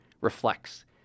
reflects